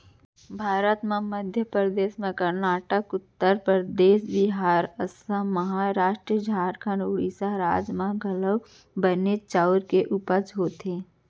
भारत म मध्य परदेस, करनाटक, उत्तर परदेस, बिहार, असम, महारास्ट, झारखंड, ओड़ीसा राज म घलौक बनेच चाँउर के उपज होथे